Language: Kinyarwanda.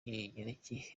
rw’ikigereki